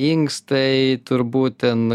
inkstai turbūt ten